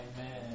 Amen